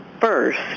first